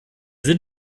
sind